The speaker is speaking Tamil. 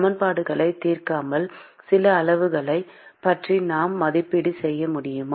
சமன்பாடுகளைத் தீர்க்காமல் சில அளவுகளைப் பற்றி நான் மதிப்பீடு செய்ய முடியுமா